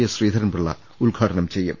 S Sreedharan Pillai ഉദ്ഘാടനം ചെയ്യും